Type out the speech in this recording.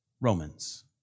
Romans